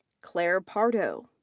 claire pardo.